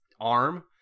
arm